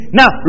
now